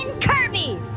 Kirby